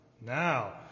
now